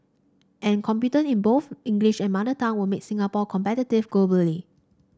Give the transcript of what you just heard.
and competence in both English and mother tongue will make Singapore competitive globally